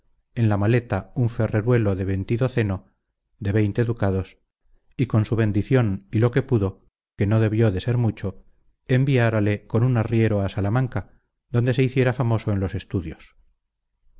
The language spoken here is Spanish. en la maleta un ferreruelo de ventidoceno de veinte ducados y con su bendición y lo que pudo que no debió de ser mucho enviárale con un arriero a salamanca donde se hiciera famoso en los estudios